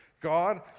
God